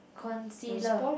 concealer